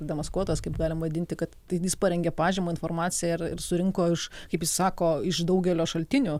demaskuotas kaip galim vadinti kad tai jis parengė pažymą informaciją ir ir surinko iš kaip jis sako iš daugelio šaltinių